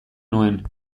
nuen